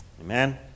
Amen